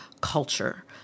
culture